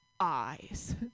eyes